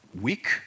week